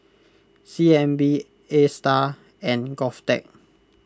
C N B Astar and Govtech